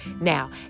now